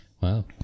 Wow